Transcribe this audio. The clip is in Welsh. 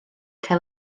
cael